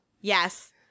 Yes